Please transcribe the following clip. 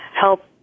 help